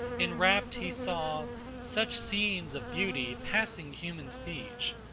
enwrapt he saw such scenes of beauty passing human speech,